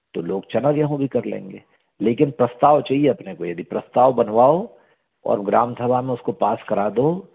तो लोग चना गेहूं भी कर लेंगे लेकिन प्रस्ताव चाहिए अपने को यदि प्रस्ताव बनवाओ और ग्राम सभा में उसको पास करा दो